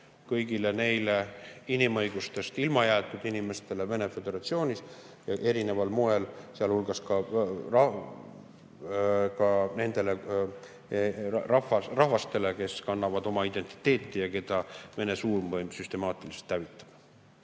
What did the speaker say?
kõigile neile inimõigustest ilma jäetud inimestele Venemaa Föderatsioonis, sealhulgas nendele rahvastele, kes kannavad oma identiteeti ja keda Vene suurvõim süstemaatiliselt hävitab.